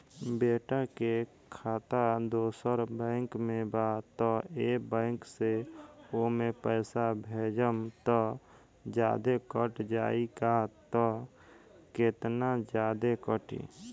बेटा के खाता दोसर बैंक में बा त ए बैंक से ओमे पैसा भेजम त जादे कट जायी का त केतना जादे कटी?